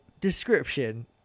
description